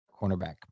Cornerback